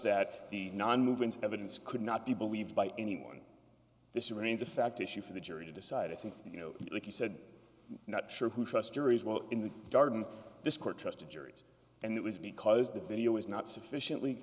that the nonmoving evidence could not be believed by anyone this remains a fact issue for the jury to decide if you know like you said not sure who trust juries well in the garden this court just a jury and it was because the video was not sufficiently